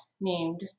named